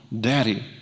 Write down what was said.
daddy